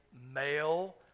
male